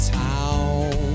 town